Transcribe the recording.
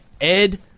Ed